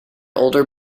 older